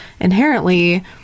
inherently